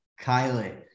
kylie